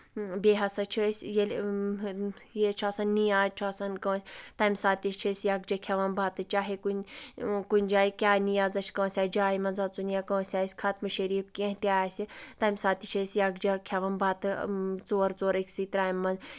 بیٚیہِ ہسا چھِ أسۍ ییٚلہِ ییٚلہِ چھُ آسان نِیاز چھُ آسان کٲنٛسہِ تَمہِ ساتہٕ تہِ چھِ أسۍ یکجاہ کھٮ۪وان بَتہٕ چاہے کُنہِ جایہِ کیاہ نَیازا چھِ کٲنٛسہِ آسہِ جایہِ منٛز اَژُن یا کٲنٛسہِ آسہِ خَتمہٕ شریٖف کینٛہہ تہِ آسہِ تَمہِ ساتہٕ تہِ چھِ أسۍ یکجاہ کھٮ۪بوان بَتہٕ ژور ژور أکسٕے ترامہِ منٛز